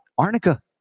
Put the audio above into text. Arnica